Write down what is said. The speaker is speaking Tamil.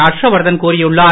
ஹர்ஷ்வர்தன் கூறியுள்ளார்